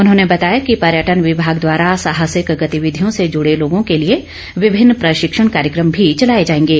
उन्होंने बताया कि पर्यटन विभाग द्वारा साहसिक गतिविधियों से जूड़े लोगों के लिए विभिन्न प्रशिक्षण कार्यकम भी चलाए जाएंगे